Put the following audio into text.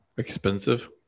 Expensive